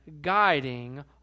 guiding